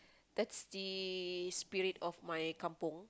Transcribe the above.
that's the spirit of my kampung